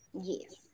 Yes